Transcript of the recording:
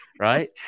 right